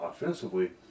offensively